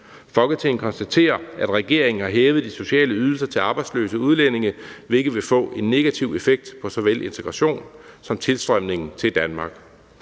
Folketinget konstaterer, at regeringen har hævet de sociale ydelser til arbejdsløse udlændinge, hvilket vil få en negativ effekt på såvel integrationen som tilstrømningen til Danmark.